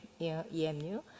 EMU